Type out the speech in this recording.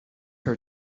her